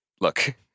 look